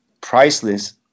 Priceless